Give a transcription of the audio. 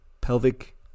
pelvic